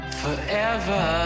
forever